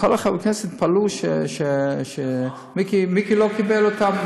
כל חברי הכנסת התפלאו שמיקי לא קיבל אותם,